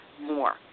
more